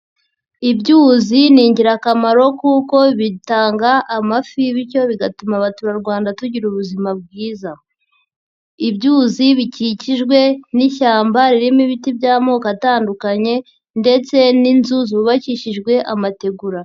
Ibyuzi ni ingirakamaro kuko bitanga amafi bityo bigatuma abaturarwanda tugira ubuzima bwiza. Ibyuzi bikikijwe n'ishyamba ririmo ibiti by'amoko atandukanye ndetse n'inzu zubakishijwe amategura.